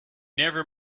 never